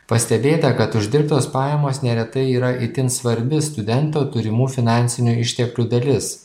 pastebėta kad uždirbtos pajamos neretai yra itin svarbi studento turimų finansinių išteklių dalis